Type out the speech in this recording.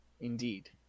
Indeed